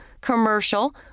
commercial